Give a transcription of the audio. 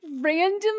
random